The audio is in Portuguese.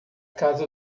casa